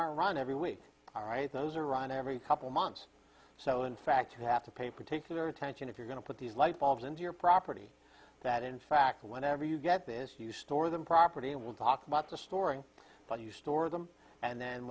are run every week all right those are on every couple of months so in fact you have to pay particular attention if you're going to put these light bulbs into your property that in fact whenever you get this you store them property and we'll talk about the story but you store them and then